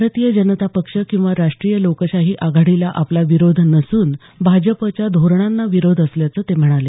भारतीय जनता पक्ष किंवा राष्ट्रीय लोकशाही आघाडीला आपला विरोध नसून भाजपच्या धोरणांना विरोध असल्याचं ते म्हणाले